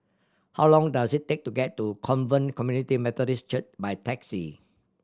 how long does it take to get to Covenant Community Methodist Church by taxi